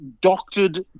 doctored